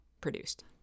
produced